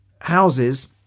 houses